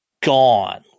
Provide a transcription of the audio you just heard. gone